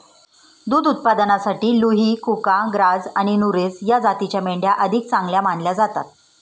दुध उत्पादनासाठी लुही, कुका, ग्राझ आणि नुरेझ या जातींच्या मेंढ्या अधिक चांगल्या मानल्या जातात